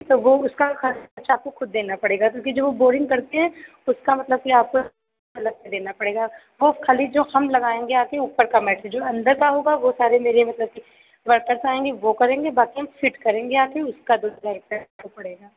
तो वह उसका ख़र्च आपको ख़ुद देना पड़ेगा क्योंकि जब वह बोरिंग करते हैं उसका मतलब कि आपको अलग से देना पड़ेगा वह ख़ाली जो हम लगाएँगे आकर ऊपर का है जो अन्दर का होगा वह सारे मेरे मतलब कि वर्कर्स आएँगे वह करेंगे बाक़ी हम फ़िट करेंगे आकर उसका दूसरा पड़ेगा